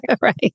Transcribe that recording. Right